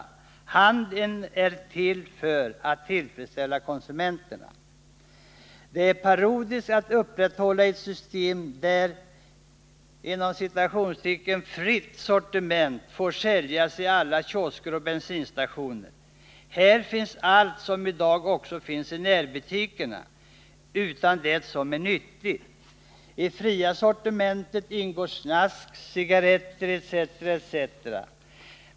Handeln är till för att tillfredsställa konsumenterna. Det är parodiskt att upprätthålla ett system där ”fritt sortiment” får säljas i alla kiosker och bensinstationer. Här finns allt som i dag också finns i närbutikerna, utom det som är nyttigt. I det fria sortimentet ingår snask, cigaretter etc.